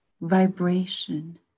vibration